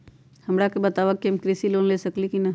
हमरा के बताव कि हम कृषि लोन ले सकेली की न?